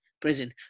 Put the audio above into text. present